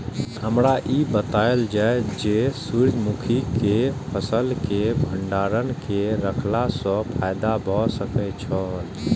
हमरा ई बतायल जाए जे सूर्य मुखी केय फसल केय भंडारण केय के रखला सं फायदा भ सकेय छल?